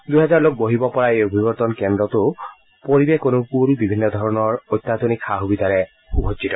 দুহাজাৰ লোক বহিব পৰা এই অভিৱৰ্তন কেন্দ্ৰতো পৰিৱেশ অনুকুল বিভিন্ন ধৰণৰ অত্যাধুনিক সা সুবিধাৰে সুসজ্জিত